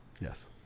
yes